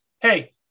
Hey